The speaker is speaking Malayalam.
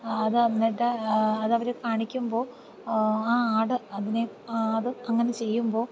അത് എന്നിട്ട് അതവർ കാണിക്കുമ്പോൾ ആ ആട് അതിനെ ആ ആട് അങ്ങനെ ചെയ്യുമ്പോൾ